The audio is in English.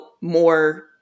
more